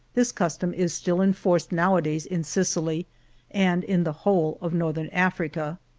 this custom is still enforced nowadays in sicily and in the whole of northern africa.